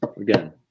again